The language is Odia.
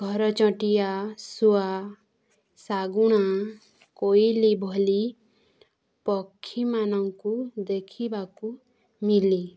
ଘର ଚଟିଆ ଶୁଆ ଶାଗୁଣା କୋଇଲି ଭଳି ପକ୍ଷୀମାନଙ୍କୁ ଦେଖିବାକୁ ମିଳେ